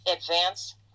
advance